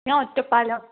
ഞാൻ ഒറ്റപ്പാലം